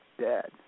dead